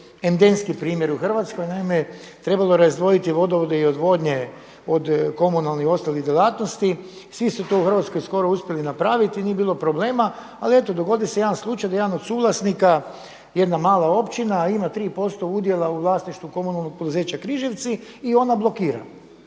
endemski primjer u Hrvatskoj, naime trebalo je razdvojiti vodovode i odvodnje od komunalnih i ostalih djelatnosti, svi su to u Hrvatskoj skoro uspjeli napraviti, nije bilo problema, ali eto dogodi se jedan slučaj da jedan od suvlasnika jedna mala općina ima 3% udjela u vlasništvu Komunalnog poduzeća Križevci i ona blokira.